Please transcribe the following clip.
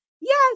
Yes